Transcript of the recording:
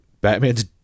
Batman's